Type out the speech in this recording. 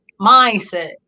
mindset